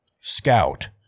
scout